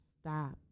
stop